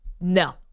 No